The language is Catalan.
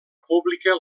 pública